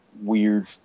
weird